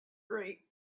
great